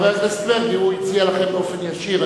הוא הציע לכם באופן ישיר.